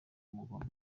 umugome